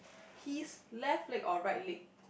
he is left leg or right leg